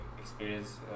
experience